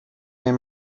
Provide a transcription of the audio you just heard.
mir